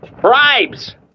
Bribes